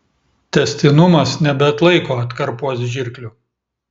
tęstinumas nebeatlaiko atkarpos žirklių